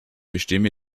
bestimme